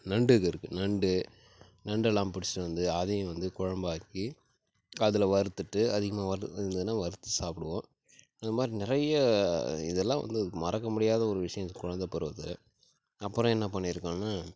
நண்டுங்க இருக்கு நண்டு நண்டலாம் பிடிச்சிட்டு வந்து அதையும் வந்து குழம்பாக்கி அதில் வறுத்துவிட்டு அதிகமாக வறு இருந்துதுன்னா வறுத்து சாப்பிடுவோம் இந்தமாதிரி நிறைய இதெலாம் வந்து மறக்க முடியாத ஒரு விஷயம் குழந்த பருவத்தில் அப்புறம் என்ன பண்ணிருக்கோம்னா